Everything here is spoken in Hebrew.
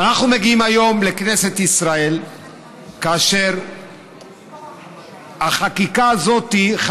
ואנחנו מגיעים היום לכנסת ישראל כאשר החקיקה הזאת,